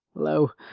lo,